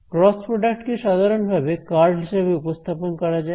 cross product কে সাধারন ভাবে কার্ল হিসাবে উপস্থাপন করা যায়